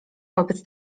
wobec